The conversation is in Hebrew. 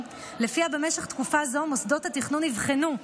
שלפיה במשך תקופה זו מוסדות התכנון יבחנו,